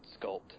sculpt